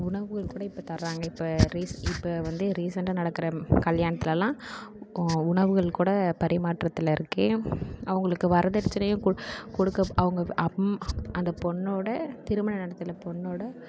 உணவுகள் கூட இப்போ தராங்க இப்போ ரீச இப்போ வந்து ரீசன்ட்டாக நடக்கிற கல்யாணத்துலெல்லாம் அவர்களுக்கு கூட பரிமாற்றத்தில் இருக்குது அவர்களுக்கு வரதட்சணையே குடுக் கொடுக்க அவங்க அம் அந்த பொண்ணோட திருமண நடத்துகிற பொண்ணோட